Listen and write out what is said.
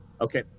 Okay